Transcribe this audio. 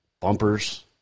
bumpers